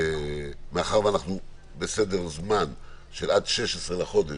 מאחר שאנחנו בסדר זמן של עד 16 לחודש,